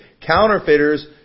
Counterfeiters